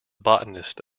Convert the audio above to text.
botanist